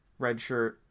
redshirt